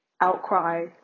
outcry